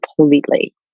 completely